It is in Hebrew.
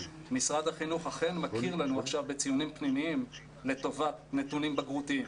משרד החינוך אכן מכיר לנו עכשיו בציונים פנימיים לטובת נתונים בגרותיים.